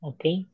Okay